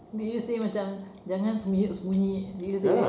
did you say macam jangan sembunyi-sembunyi did you say that